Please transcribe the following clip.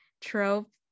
trope